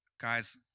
guys